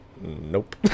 Nope